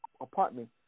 apartment